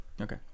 Okay